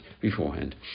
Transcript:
beforehand